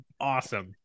awesome